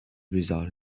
reside